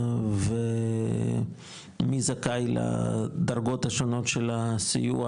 ומי זכאי לדרגות השונות של הסיוע,